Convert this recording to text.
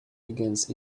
against